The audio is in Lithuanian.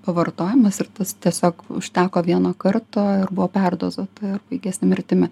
pavartojimas ir tas tiesiog užteko vieno karto ir buvo perdozuota ir baigėsi mirtimi